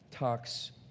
talks